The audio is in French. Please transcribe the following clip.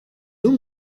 nous